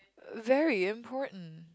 very important